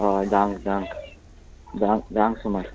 हय धांक धांक धांक धांक सुमार